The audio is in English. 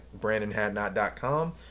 brandonhadnot.com